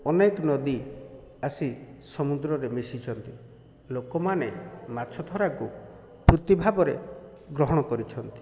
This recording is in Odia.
ଅନେକ ନଦୀ ଆସି ସମୁଦ୍ରରେ ମିଶିଛନ୍ତି ଲୋକମାନେ ମାଛଧରାକୁ କୃତି ଭାବରେ ଗ୍ରହଣ କରିଛନ୍ତି